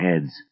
heads